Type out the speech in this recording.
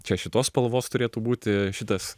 čia šitos spalvos turėtų būti šitas